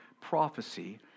prophecy